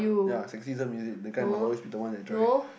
ya sexism is it the guy must always be the one that drive